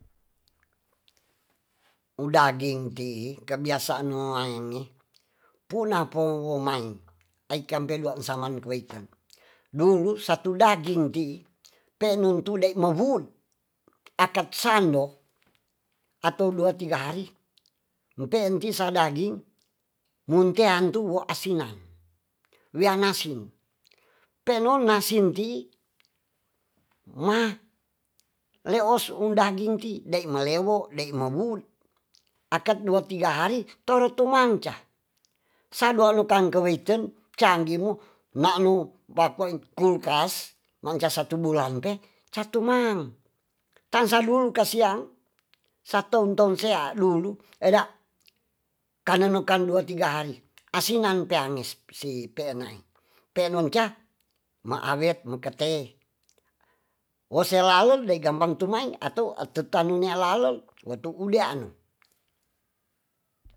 Udadingti kebiasaan nuange punapowoman akipendua saman koitan dulu satu dagingti penontude momun akat sando atau dua tiga hari nteti sita daging munte antu whasinan weanasin pelonansinti meleos dagingti de malewo de mowut akat dua tiga hari torong tumanca sado kankueten cagimu maklu pakoeng kulkas manca satu bulan mpe satu mang tangsa dulu kasian satoton sea lulu kanano tiga hari asinan peanges si penai penonca mhawet makete woselalu degampang tumaeng ato ateteminelalo atu eleanu.